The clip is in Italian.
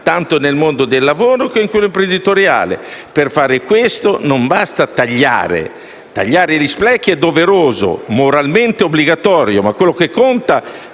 tanto nel mondo del lavoro che in quello imprenditoriale. Per fare questo, non basta tagliare. Tagliare gli sprechi è doveroso, moralmente obbligatorio, ma quello che conta